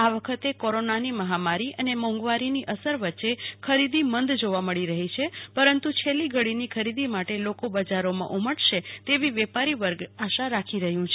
આ વખતે કોરોનાની મહામારી અને મોંઘવારીની અસર વચ્ચે ખરીદી મંદ જોવા મળી છે પરંતુ છેલ્લી ઘડીની ખરીદી માટે લોકો બજારોમાં ઉમટશે તેવી વેપારી વર્ગ આશા રાખી રહ્યું છે